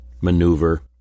maneuver